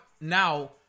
now